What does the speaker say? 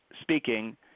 speaking